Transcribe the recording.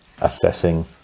assessing